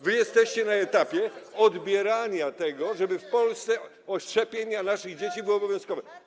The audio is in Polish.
Wy jesteście na etapie odbierania tego, żeby w Polsce szczepienia naszych dzieci były obowiązkowe.